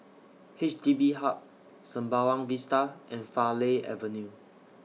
H D B Hub Sembawang Vista and Farleigh Avenue